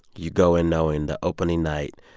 you go in knowing, the opening night,